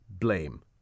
blame